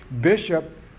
bishop